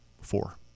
Four